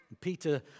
Peter